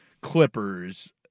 Clippers